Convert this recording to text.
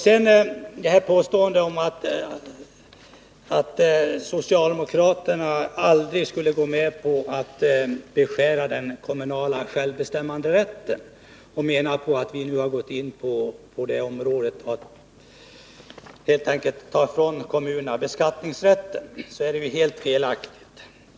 Man påstår nu att socialdemokraterna aldrig skulle gå med på att beskära den kommunala självbestämmanderätten och menar att vi har gått in för att helt enkelt ta ifrån kommunerna beskattningsrätten. Det är ju helt felaktigt.